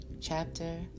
Chapter